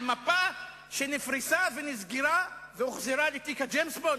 על מפה שנפרסה ונסגרה והוחזרה לתיק הג'יימס בונד?